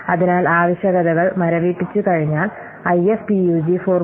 അതിനാൽ ആവശ്യകതകൾ മരവിപ്പിച്ചുകഴിഞ്ഞാൽ ഐഎഫ്പിയുജി 4